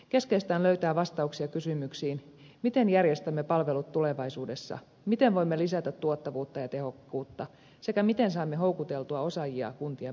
keskeistä on löytää vastauksia kysymyksiin miten järjestämme palvelut tulevaisuudessa miten voimme lisätä tuottavuutta ja tehokkuutta sekä miten saamme houkuteltua osaajia kuntien palvelukseen